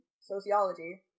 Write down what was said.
sociology